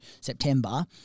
September